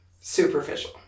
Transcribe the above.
superficial